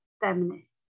feminist